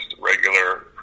regular